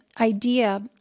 idea